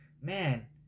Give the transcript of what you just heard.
man